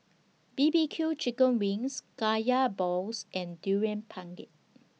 B B Q Chicken Wings Kaya Balls and Durian Pengat